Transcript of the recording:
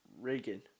reagan